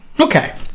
Okay